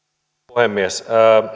puhemies